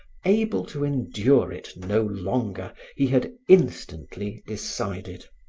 able to endure it no longer, he had instantly decided.